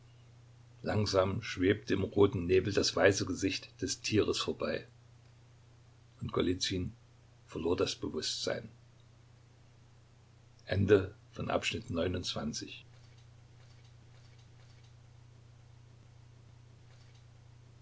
langsam schwebte im roten nebel das weiße gesicht des tieres vorbei und golizyn verlor das bewußtsein